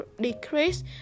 decrease